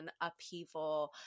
upheaval